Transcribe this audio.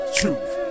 truth